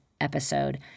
episode